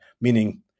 Meaning